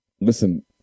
Listen